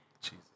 Jesus